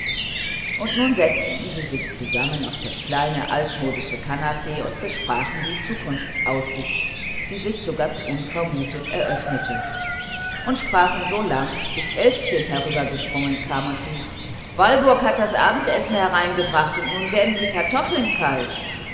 und nun setzten sie sich zusammen auf das kleine altmodische kanapee und besprachen die zukunftsaussicht die sich so ganz unvermutet eröffnete und sprachen so lang bis elschen herübergesprungen kam und rief walburg hat das abendessen hereingebracht und nun werden die kartoffeln kalt